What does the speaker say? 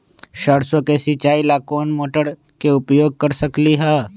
सरसों के सिचाई ला कोंन मोटर के उपयोग कर सकली ह?